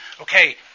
okay